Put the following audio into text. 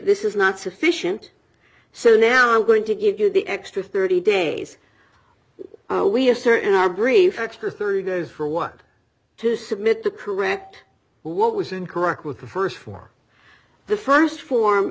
this is not sufficient so now i'm going to give you the extra thirty days we assert in our brief extra thirty days for what to submit the correct what was incorrect with the first for the first form